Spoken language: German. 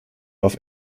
auf